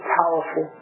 powerful